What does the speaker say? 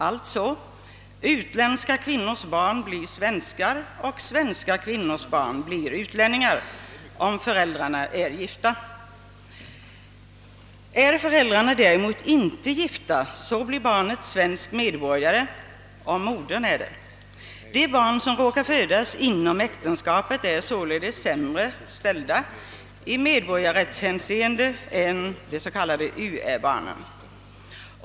Alltså blir utländska kvinnors barn svenska medborgare och svenska kvinnors barn utlänningar, om föräldrarna är gifta. är föräldrarna däremot inte gifta blir barnen svenska medborgare om modern är det. De barn som råkar födas inom äktenskapet är således sämre ställda i medborgarrättshänseende än de utomäktenskapliga barnen.